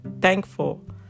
Thankful